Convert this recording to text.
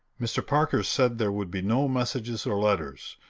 mr. parker said there would be no messages or letters,